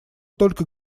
только